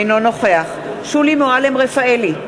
אינו נוכח שולי מועלם-רפאלי,